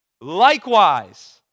Likewise